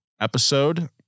episode